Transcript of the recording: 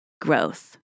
growth